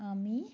আমি